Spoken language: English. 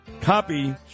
copy